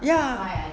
ya